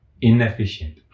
inefficient